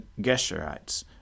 Geshurites